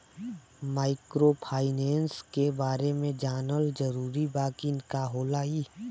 Microfinance के बारे में जानल जरूरी बा की का होला ई?